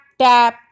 tap